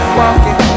walking